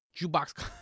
jukebox